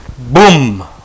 Boom